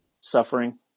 suffering